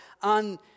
on